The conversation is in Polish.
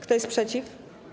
Kto jest przeciw?